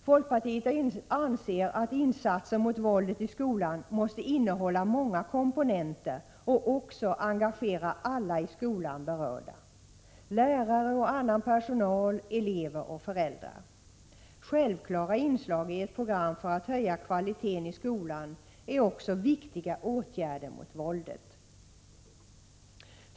Folkpartiet anser att insatser mot våldet i skolan måste innehålla många komponenter och också engagera alla i skolan berörda — lärare, annan personal, elever och föräldrar. Självklara inslag i ett program för att höja kvaliteten i skolan är också viktiga åtgärder mot våldet.